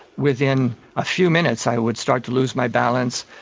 within a few minutes i would start to lose my balance,